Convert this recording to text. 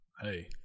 Hey